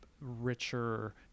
richer